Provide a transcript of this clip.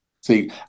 see